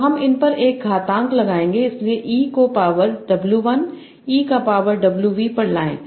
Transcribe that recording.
तो हम इन पर एक घातांक लगाएंगे इसलिए e को पॉवर W 1 e का पॉवर Wv पर लाएं